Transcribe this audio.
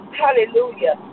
hallelujah